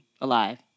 alive